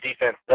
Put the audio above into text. defense